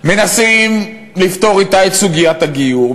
מנסים לפתור אתה את סוגיית הגיור,